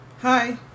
Hi